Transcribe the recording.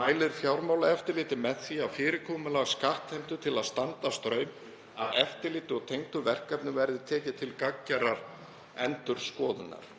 mælir Fjármálaeftirlitið með því að fyrirkomulag skattheimtu til að standa straum af eftirliti og tengdum verkefnum verði tekið til gagngerrar endurskoðunar.“